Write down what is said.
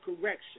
correction